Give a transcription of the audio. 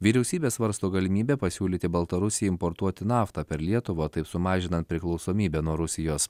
vyriausybė svarsto galimybę pasiūlyti baltarusijai importuoti naftą per lietuvą taip sumažinant priklausomybę nuo rusijos